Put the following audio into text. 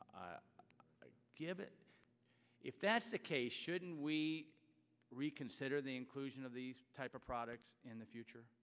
m give it if that's the case shouldn't we reconsider the inclusion of these type of products in the